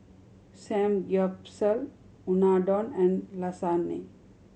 Samgyeopsal Unadon and Lasagna